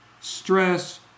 Stress